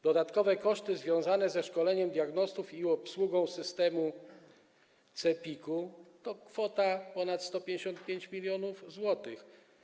Dodatkowe koszty związane ze szkoleniem diagnostów i obsługą systemu CEPiK to kwota ponad 155 mln zł.